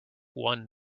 one